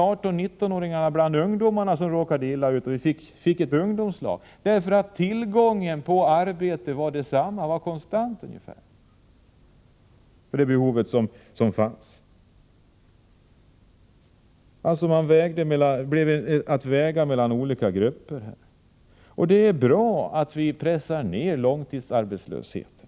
18-19-åringarna råkade då illa ut, och vi fick en ungdomslag. Tillgången på arbete var ungefär konstant. Man fick väga mellan olika grupper. Det är bra att vi pressar ner långtidsarbetslösheten.